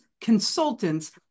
consultants